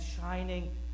shining